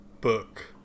Book